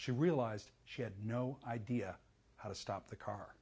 she realized she had no idea how to stop the car